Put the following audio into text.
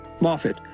Moffat